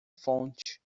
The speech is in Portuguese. fonte